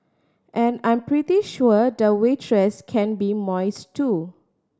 and I'm pretty sure the waitress can be moist too